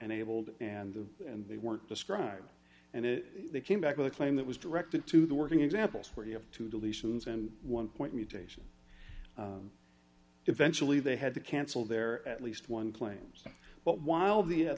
enabled and the and they weren't described and they came back with a claim that was directed to the working examples where you have two deletions and one point mutations eventually they had to cancel there at least one claims but while the at